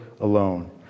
alone